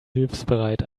hilfsbereit